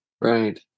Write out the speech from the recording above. Right